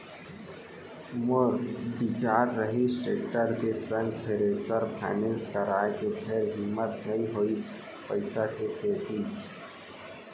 मोर बिचार रिहिस टेक्टर के संग थेरेसर फायनेंस कराय के फेर हिम्मत नइ होइस पइसा के सेती